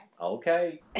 Okay